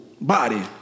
body